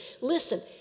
Listen